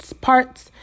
parts